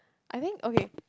I think okay